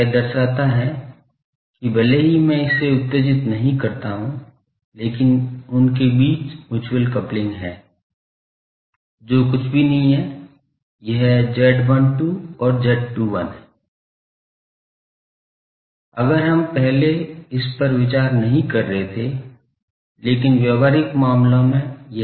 यह दर्शाता है कि भले ही मैं इसे उत्तेजित नहीं करता हूँ लेकिन उनके बीच मुच्यूअल कपलिंग है जो कुछ भी नहीं है यह Z12 और Z21 है अगर हम पहले इस पर विचार नहीं कर रहे थे लेकिन व्यावहारिक मामलों में यह है